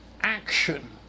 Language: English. action